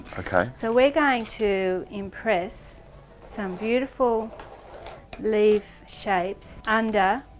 ok. so we're going to impress some beautiful leaf shapes and